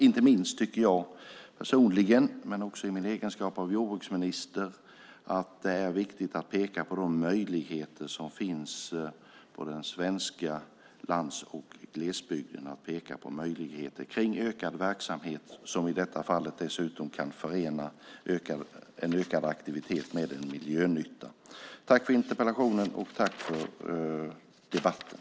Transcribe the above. Inte minst tycker jag personligen, men också i min egenskap av jordbruksminister, att det är viktigt att peka på de möjligheter som finns på den svenska lands och glesbygden i fråga om ökad verksamhet som i detta fall dessutom kan förena en ökad aktivitet med en miljönytta. Jag tackar för interpellationen och debatten.